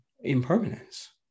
impermanence